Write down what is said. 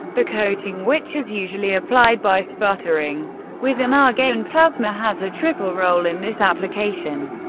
the coating, which is usually applied by sputtering with an argon plasma, has a triple role in this application.